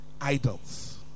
idols